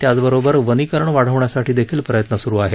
त्याच बरोबर वनीकरण वाढविण्यासाठी देखील प्रयत्न सुरू आहेत